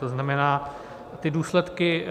To znamená, ty důsledky